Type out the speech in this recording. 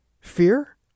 fear